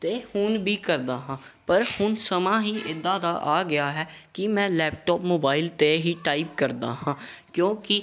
ਅਤੇ ਹੁਣ ਵੀ ਕਰਦਾ ਹਾਂ ਪਰ ਹੁਣ ਸਮਾਂ ਹੀ ਇੱਦਾਂ ਦਾ ਆ ਗਿਆ ਹੈ ਕਿ ਮੈਂ ਲੈਪਟੋਪ ਮੋਬਾਈਲ 'ਤੇ ਹੀ ਟਾਈਪ ਕਰਦਾ ਹਾਂ ਕਿਉਂਕਿ